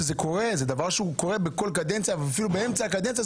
זה דבר שהוא קורה בכל קדנציה ואפילו באמצע קדנציה,